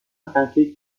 پنکیک